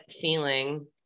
feeling